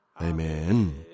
Amen